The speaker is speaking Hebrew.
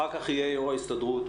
אחר-כך יהיה יו"ר ההסתדרות.